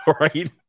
right